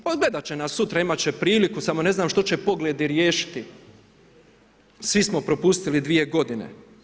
Pa gledati će nas sutra, imati će priliku, samo ne znam što će pogledi riješiti, svi smo propustili 2 godine.